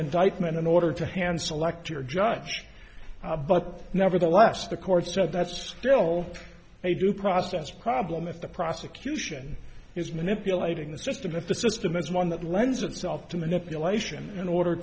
indictment in order to hand select your judge but nevertheless the court said that's still a due process problem if the prosecution is manipulating the system if the system is one that law ends itself to manipulation in order